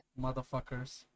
Motherfuckers